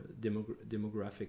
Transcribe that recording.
demographic